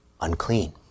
unclean